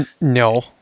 No